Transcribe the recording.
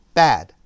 bad